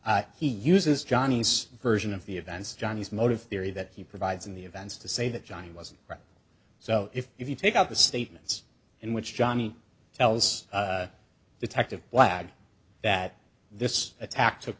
he uses johnny's version of the events johnny's motive theory that he provides in the events to say that john wasn't right so if you take out the statements in which johnny tells detective blag that this attack took